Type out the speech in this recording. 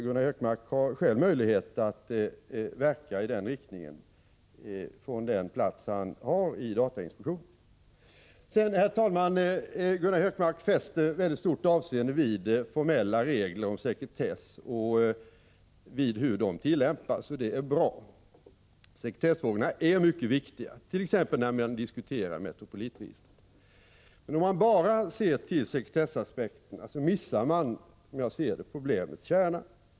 Gunnar Hökmark har själv möjlighet att verka i den riktningen från den plats han har i datainspektionen. Gunnar Hökmark fäster väldigt stort avseende vid formella regler om sekretess och vid hur de tillämpas. Det är bra. Sekretessfrågorna är mycket viktiga, t.ex. när man diskuterar Metropolitregistret. Men om man bara ser till sekretessaspekterna missar man, som jag ser det, problemets kärna.